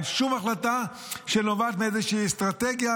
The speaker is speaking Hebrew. אין שום החלטה שנובעת מאיזושהי אסטרטגיה